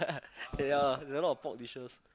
ya there a lot of pork dishes